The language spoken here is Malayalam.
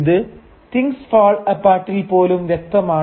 ഇത് 'തിങ്സ് ഫാൾ അപ്പാർട്ടിൽ' പോലും വ്യകതമാണ്